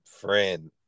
friend